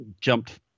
jumped